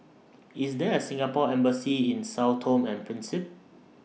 IS There A Singapore Embassy in Sao Tome and Principe